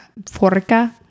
Forca